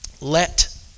let